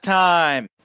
time